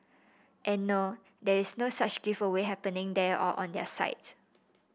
and no there is no such giveaway happening there or on their site